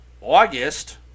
August